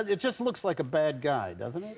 it just looks like a bad guy, doesn't it?